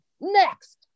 next